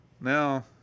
Now